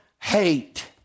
hate